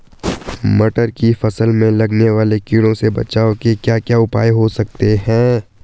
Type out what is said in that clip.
मटर की फसल में लगने वाले कीड़ों से बचाव के क्या क्या उपाय हो सकते हैं?